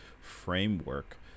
framework